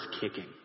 kicking